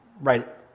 Right